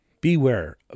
beware